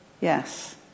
Yes